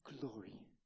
glory